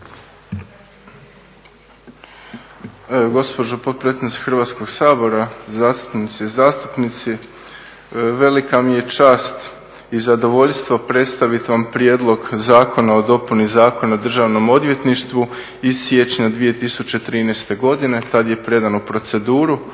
Gospođo potpredsjednice Hrvatskog sabora, zastupnice i zastupnici. Velika mi je čast i zadovoljstvo predstaviti vam Prijedlog zakona o dopuni Zakona o Državnom odvjetništvu iz siječnja 2013.godine, tada je predan u proceduru.